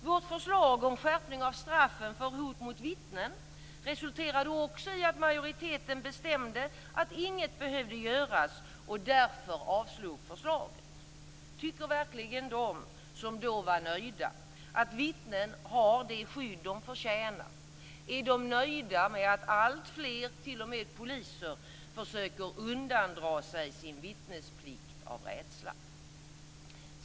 Vårt förslag om en skärpning av straffen för hot mot vittnen resulterade också i att majoriteten bestämde att inget behövde göras, och därför avslogs förslaget. Tycker verkligen de som då var nöjda att vittnen har det skydd de förtjänar? Är de nöjda med att alltfler, t.o.m. poliser, försöker undandra sig sin vittnesplikt av rädsla?